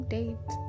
date